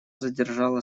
задержала